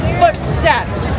footsteps